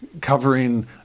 covering